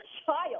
child